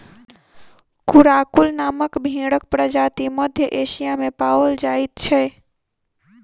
Karakul नामक भेंड़क प्रजाति मध्य एशिया मे पाओल जाइत छै